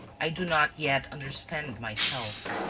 i do not yet understand myself.